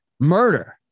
murder